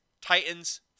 Titans